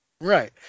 Right